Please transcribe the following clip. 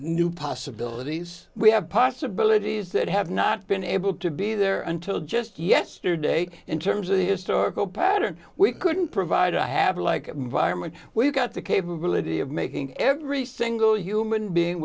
new possibilities we have possibilities that have not been able to be there until just yesterday in terms of the historical pattern we couldn't provide a habit like environment where you've got the capability of making every single human being